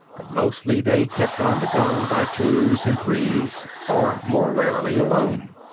but mostly they kept on the go, by twos and threes or more rarely alone.